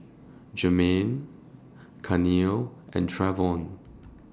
Germaine Carnell and Trevon